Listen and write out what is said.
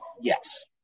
Yes